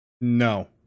No